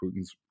Putin's